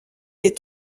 les